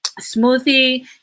smoothie